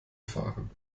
fahren